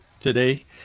today